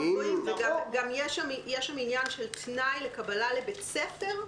יש שם גם עניין של תנאי לקבלה לבית ספר,